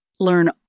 Learn